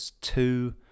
two